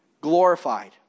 glorified